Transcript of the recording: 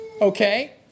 okay